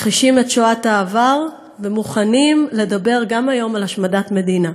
מכחישים את שואת העבר ומוכנים לדבר גם היום על השמדת מדינה.